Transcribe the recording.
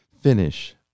finish